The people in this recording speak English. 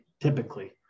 typically